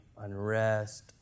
unrest